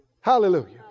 Hallelujah